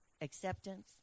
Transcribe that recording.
acceptance